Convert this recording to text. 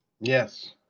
Yes